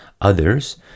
Others